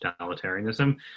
totalitarianism